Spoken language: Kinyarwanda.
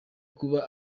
kuba